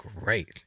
great